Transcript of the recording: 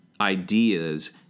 ideas